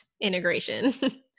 integration